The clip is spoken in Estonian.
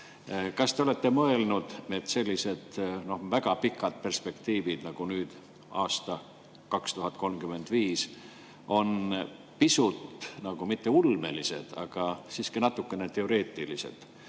Kas te olete mõelnud, et sellised väga pikad perspektiivid, nagu nüüd aasta 2035, on pisut nagu no mitte ulmelised, aga siiski natukene teoreetilised?